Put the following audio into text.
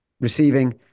receiving